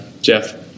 Jeff